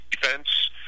defense